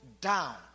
down